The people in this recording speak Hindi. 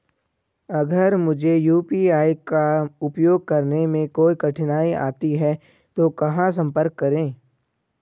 अगर मुझे यू.पी.आई का उपयोग करने में कोई कठिनाई आती है तो कहां संपर्क करें?